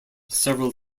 several